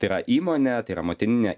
tai yra įmonė tai yra motininė